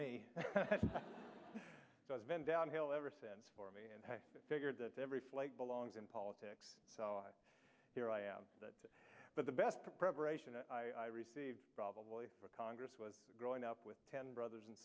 does been downhill ever since for me and i figured that every flight belongs in politics here i am but the best preparation i received probably for congress was growing up with ten brothers and